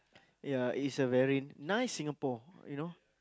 ya it's a very nice Singapore you know